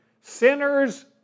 Sinners